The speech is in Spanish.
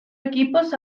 equipos